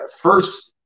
first